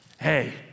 hey